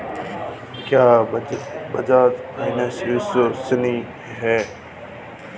क्या बजाज फाइनेंस विश्वसनीय है?